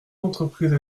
l’entreprise